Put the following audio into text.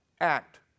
Act